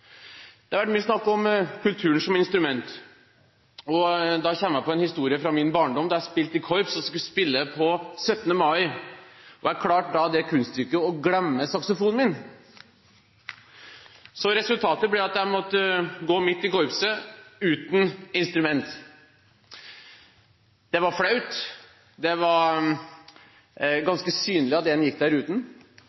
Det har vært mye snakk om kulturen som instrument. Da kommer jeg på en historie fra min barndom, da jeg skulle spille i korps på 17. mai. Jeg klarte det kunststykket å glemme saksofonen min. Resultatet ble at jeg måtte gå midt i korpset uten instrument. Det var flaut. Det var